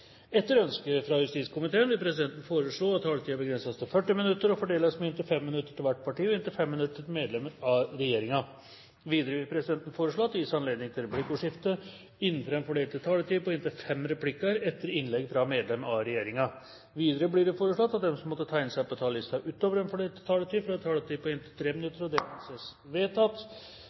Etter ønske fra justiskomiteen vil presidenten foreslå at taletiden begrenses til 40 minutter og fordeles med inntil 5 minutter til hvert parti og inntil 5 minutter til medlem av regjeringen. Videre vil presidenten foreslå at det gis anledning til replikkordskifte på inntil fem replikker etter innlegg fra medlem av regjeringen innenfor den fordelte taletid. Videre blir det foreslått at de som måtte tegne seg på talerlisten utover den fordelte taletid, får en taletid på inntil 3 minutter. – Det anses vedtatt.